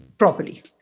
properly